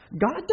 God